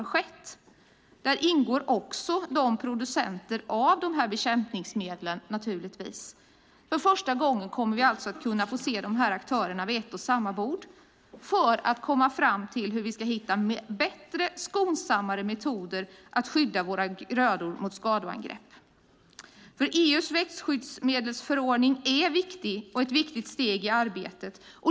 Där ingår naturligtvis också producenter av dessa bekämpningsmedel. För första gången kommer vi alltså att få se dessa aktörer vid ett och samma bord för att komma fram till hur vi ska hitta bättre och skonsammare metoder för att skydda våra grödor mot skadeangrepp. EU:s växtskyddsmedelsförordning är ett viktigt steg i arbetet.